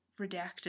Redacted